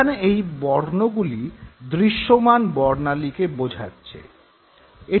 এখানে এই বর্ণগুলি দৃশ্যমান বর্ণালীকে বোঝাচ্ছে